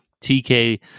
TK